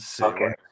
Okay